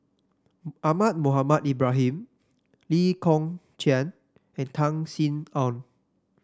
Ahmad Mohamed Ibrahim Lee Kong Chian and Tan Sin Aun